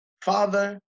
father